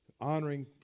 honoring